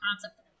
concept